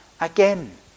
again